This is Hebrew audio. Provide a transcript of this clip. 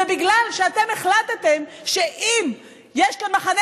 זה בגלל שאתם החלטתם שאם יש כאן מחנה